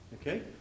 Okay